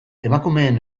emakumeen